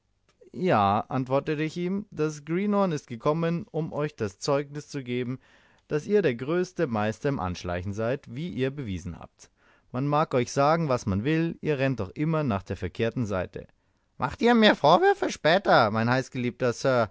ja antwortete ich ihm das greenhorn ist gekommen um euch das zeugnis zu geben daß ihr der größte meister im anschleichen seid wie ihr bewiesen habt man mag euch sagen was man will ihr rennt doch immer nach der verkehrten seite macht mir eure vorwürfe später mein heißgeliebter